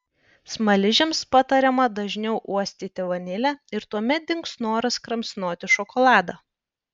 smaližiams patariama dažniau uostyti vanilę ir tuomet dings noras kramsnoti šokoladą